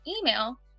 email